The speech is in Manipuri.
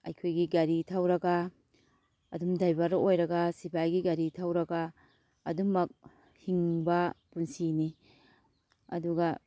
ꯑꯩꯈꯣꯏꯒꯤ ꯒꯥꯔꯤ ꯊꯧꯔꯒ ꯑꯗꯨꯝ ꯗꯥꯏꯕꯔ ꯑꯣꯏꯔꯒ ꯁꯤꯕꯥꯏꯒꯤ ꯒꯥꯔꯤ ꯊꯧꯔꯒ ꯑꯗꯨꯝꯃꯛ ꯍꯤꯡꯕ ꯄꯨꯟꯁꯤꯅꯤ ꯑꯗꯨꯒ